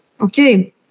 Okay